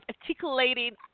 articulating –